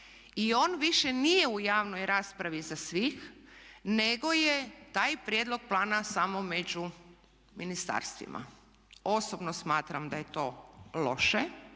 I on više nije u javnoj raspravi za sve nego je taj prijedlog plana samo među ministarstvima. Osobno smatram da je to loše